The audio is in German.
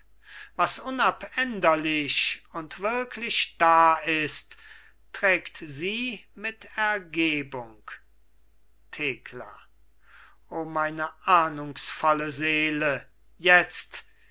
was unabänderlich und wirklich da ist trägt sie mit ergebung thekla o meine ahnungsvolle seele jetzt